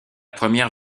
première